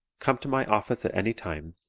come to my office at any time.